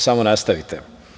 Samo nastavite.